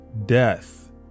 Death